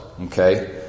Okay